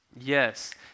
Yes